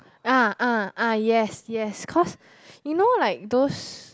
ah ah ah yes yes cause you know like those